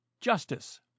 Justice